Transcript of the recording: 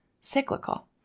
cyclical